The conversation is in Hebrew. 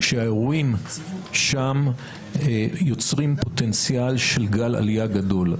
כשהאירועים שם יוצרים פוטנציאל של גל עלייה גדול.